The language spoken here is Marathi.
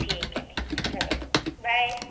ठीक आहे ठीक आहे चलो बाय